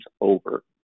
over